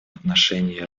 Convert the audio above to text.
отношении